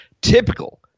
typical